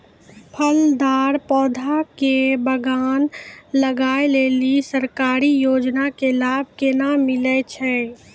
फलदार पौधा के बगान लगाय लेली सरकारी योजना के लाभ केना मिलै छै?